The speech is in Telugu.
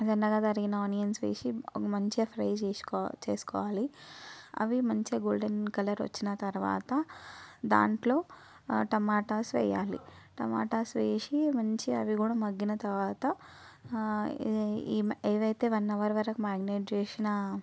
సన్నగా తరిగిన ఆనియన్స్ వేసి మంచిగా ఫ్రై చేసుకో చేసుకోవాలి అవి మంచిగా గోల్డెన్ కలర్ వచ్చిన తరువాత దాంట్లో టమాటాస్ వేయాలి టమాటాస్ వేసి మంచిగా అవి కూడా మగ్గిన తరువాత ఏవైతే వన్ అవర్ వరకు మ్యారినేట్ చేసినా